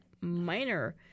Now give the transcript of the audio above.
minor